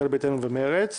ישראל ביתנו ומרצ,